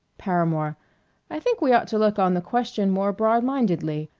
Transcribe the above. paramore i think we ought to look on the question more broad-mindedly.